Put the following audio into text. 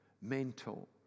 mental